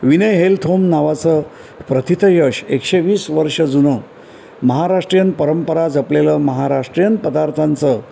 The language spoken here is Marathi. विनय हेल्थ होम नावाचं प्रतिथयश एकशे वीस वर्ष जुनं महाराष्ट्रीयन परंपरा जपलेलं महाराष्ट्रीयन पदार्थांचं